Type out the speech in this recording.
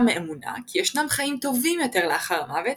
מאמונה כי ישנם חיים טובים יותר לאחר המוות,